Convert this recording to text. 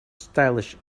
stylish